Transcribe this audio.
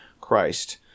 Christ